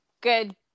good